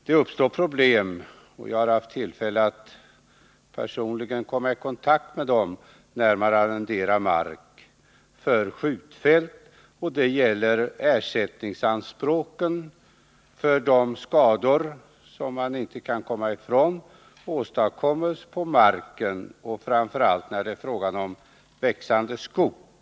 Det uppstår som sagt problem — jag har själv haft tillfälle att personligen komma i kontakt med dem — när man arrenderar mark för skjutfält, och de gäller ersättningsanspråken för de skador på marken som är oundvikliga och framför allt för de skador som uppstår på växande skog.